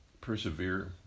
persevere